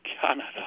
Canada